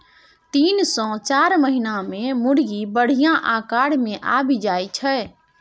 तीन सँ चारि महीना मे मुरगी बढ़िया आकार मे आबि जाइ छै